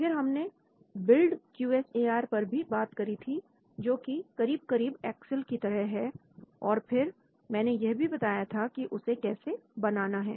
फिर मैंने build QSAR पर भी बात करी थी जोकि करीब करीब एक्सेल की तरह है और फिर मैंने यह भी बताया था कि उसे कैसे बनाना है